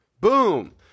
Boom